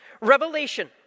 Revelation